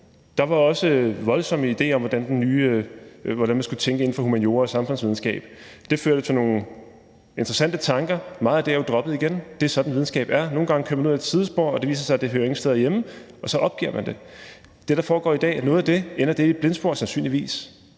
var der også voldsomme idéer om, hvordan man skulle tænke inden for humaniora og samfundsvidenskab. Det førte til nogle interessante tanker, og meget af det er jo droppet igen. Det er sådan, videnskab er. Nogle gange kører man ud af et sidespor, og det viser sig, at det hører ingen steder hjemme, og så opgiver man det. Ender noget af det, der foregår i dag, i et blindspor? Sandsynligvis.